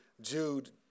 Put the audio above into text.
Jude